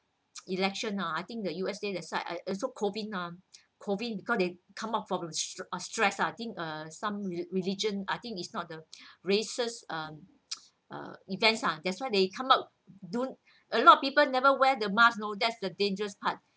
election uh I think the U_S_A that side uh also COVID ah COVID because they come up from a stress ah I think uh some religion I think is not the races uh uh events ah that's why they come up don't a lot of people never wear the mask you know that's the dangerous part